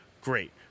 great